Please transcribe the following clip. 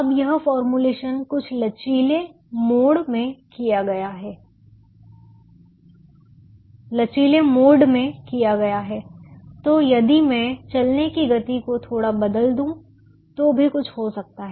अब यह फॉर्मूलेशन कुछ लचीले मोड में किया गया है तो यदि मैं चलने की गति को थोड़ा बदल दूं तो भी कुछ हो सकता है